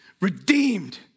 redeemed